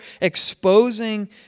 exposing